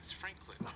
Franklin